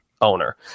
owner